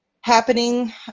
happening